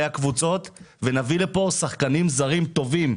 הקבוצות ונביא לפה שחקנים זרים טובים,